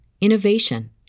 innovation